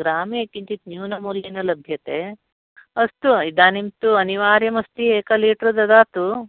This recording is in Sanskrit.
ग्रामे किञ्चित् न्यूनमूल्येन लभ्यते अस्तु इदानीं तु अनिवार्यम् अस्ति एकं लीटर् ददातु